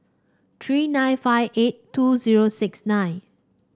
three nine five eight two zero six nine